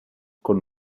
con